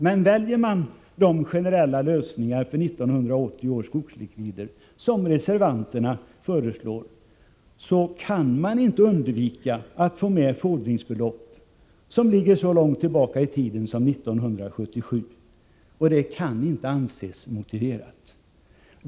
Men om man väljer de generella lösningar beträffande 1980 års skogslikvider som reservanterna föreslår, kan man inte undvika att få med fordringsbelopp som ligger så långt tillbaka i tiden som 1977 — och det kan inte anses vara motiverat.